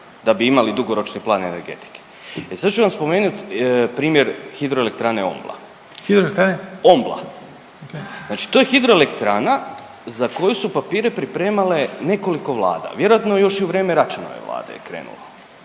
da bi imali dugoročni plan energetike. E sad ću vam spomenuti primjer hidroelektrane Ombla. …/Upadica: Hidroelektrane?/… Znači to je hidroelektrana za koju su papire pripremale nekoliko vlada, vjerojatno još i u vrijeme Račanove vlade je krenulo.